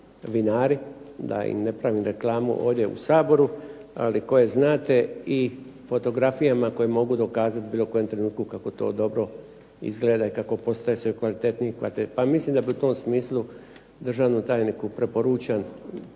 da im ne pravim reklamu ovdje u Saboru, ali koje znate i fotografijama koje mogu dokazati u bilo kojem trenutku kako to dobro izgleda i kako postaju sve kvalitetniji i kvalitetniji. Pa mislim da bi u tom smislu državnom tajniku preporučam